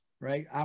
right